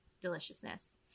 deliciousness